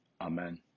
Amen